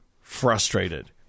frustrated